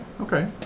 okay